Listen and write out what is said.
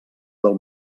del